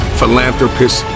philanthropist